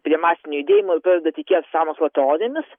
prie masinio judėjimo ir pradeda tikėt sąmokslo teorijomis